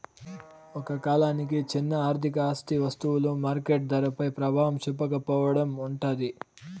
ఒక కాలానికి చిన్న ఆర్థిక ఆస్తి వస్తువులు మార్కెట్ ధరపై ప్రభావం చూపకపోవడం ఉంటాది